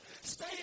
Stay